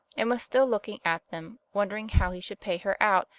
and was still looking at them, wondering how he should pay her out,